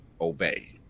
obey